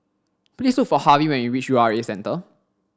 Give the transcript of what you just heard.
please look for Harvie when you reach U R A Centre